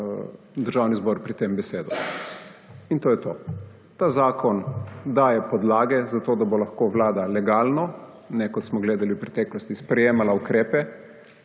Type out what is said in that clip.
ukrepe− pri tem besedo. In to je to. Ta zakon daje podlage za to, da bo lahko vlada legalno, ne kot smo gledali v preteklosti, sprejemala ukrepe,